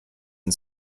and